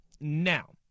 now